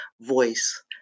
voice